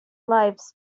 lives